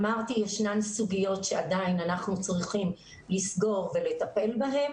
אמרתי שיש סוגיות שעדיין אנחנו צריכים לסגור ולטפל בהן.